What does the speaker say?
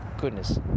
goodness